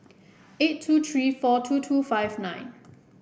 eight two three four two two five nine